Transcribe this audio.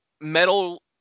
metal